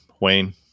wayne